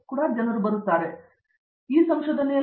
ಅರಂದಾಮ ಸಿಂಗ್ ಸಂಶೋಧನೆಗೆ